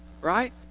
Right